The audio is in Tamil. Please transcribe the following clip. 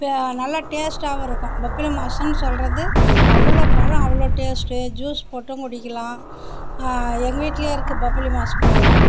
நல்ல டேஸ்டாகவும் இருக்கும் பப்ளிமாஸுன்னு சொல்கிறது அவ்வளோ பழம் அவ்வளோ டேஸ்ட்டு ஜூஸ் போட்டும் குடிக்கலாம் எங்கள் வீட்லையும் இருக்கு பப்ளிமாஸ் மரம்